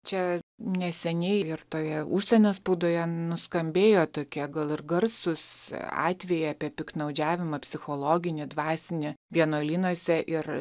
čia neseniai ir toje užsienio spaudoje nuskambėjo tokie gal ir garsūs atvejai apie piktnaudžiavimą psichologinį dvasinį vienuolynuose ir